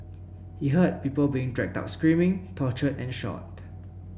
he heard people being dragged out screaming tortured and shot